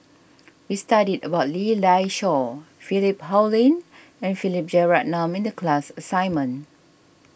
we studied about Lee Dai Soh Philip Hoalim and Philip Jeyaretnam in the class assignment